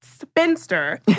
spinster